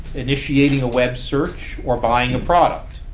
initiating a web search or buying a product.